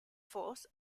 force